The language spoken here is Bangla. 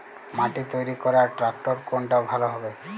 মাটি তৈরি করার ট্রাক্টর কোনটা ভালো হবে?